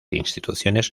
instituciones